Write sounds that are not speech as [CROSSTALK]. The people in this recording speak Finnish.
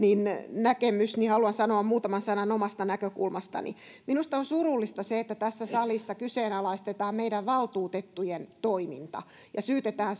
näkemys niin haluan sanoa muutaman sanan omasta näkökulmastani minusta on surullista se että tässä salissa kyseenalaistetaan meidän valtuutettujen toiminta ja syytetään [UNINTELLIGIBLE]